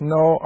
no